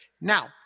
Now